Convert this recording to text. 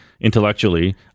intellectually